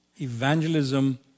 Evangelism